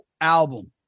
album